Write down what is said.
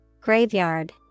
Graveyard